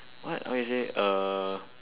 what how to say uh